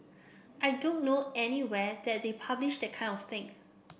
I don't know anywhere that they publish that kind of thing